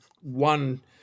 one